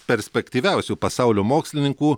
perspektyviausių pasaulio mokslininkų